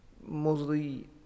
mostly